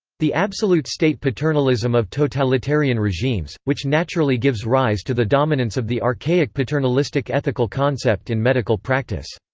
the absolute state paternalism of totalitarian regimes, which naturally gives rise to the dominance of the archaic paternalistic ethical concept in medical practice.